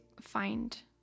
find